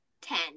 ten